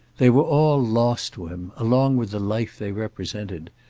they were all lost to him, along with the life they represented.